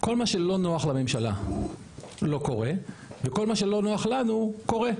כל מה שלא נוח לממשלה לא קורה וכל מה שלא נוח לנו קורה,